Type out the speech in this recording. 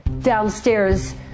downstairs